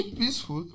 peaceful